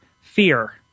fear